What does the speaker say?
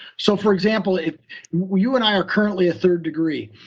so for example, if you and i are currently a third degree,